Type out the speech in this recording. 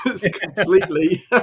completely